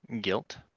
guilt